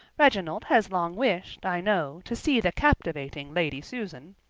reginald has long wished, i know, to see the captivating lady susan,